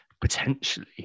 Potentially